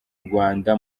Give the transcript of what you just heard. rwanda